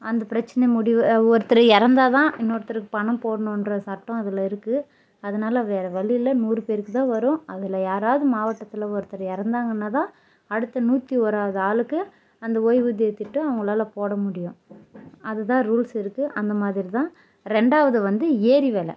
அந்தப் பிர்ச்சனை முடிவு ஒருத்தர் இறந்தா தான் இன்னொருத்தர்க்கு பணம் போடணுன்ற சட்டம் அதில் இருக்கு அதனால் வேறு வழியில்லை நூறு பேருக்கு தான் வரும் அதில் யாராவது மாவட்டத்தில் ஒருத்தர் இறந்தாங்கன்னா தான் அடுத்து நூற்றியொராவது ஆளுக்கு அந்த ஓய்வூதியத் திட்டம் அவங்களால போட முடியும் அது தான் ரூல்ஸு இருக்கு அந்த மாதிரி தான் ரெண்டாவது வந்து ஏரி வேலை